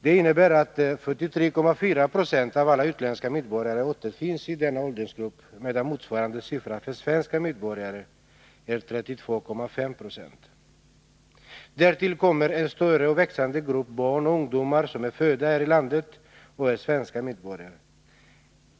Det innebär att 43,4 20 av alla utländska medborgare återfinns i denna åldersgrupp, medan motsvarande siffra för svenska medborgare är 32,5 20. Därtill kommer en större och växande grupp barn och ungdomar som är födda här i landet och är svenska medborgare.